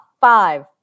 five